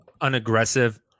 unaggressive